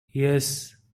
yes